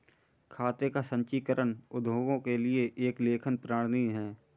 खाते का संचीकरण उद्योगों के लिए एक लेखन प्रणाली है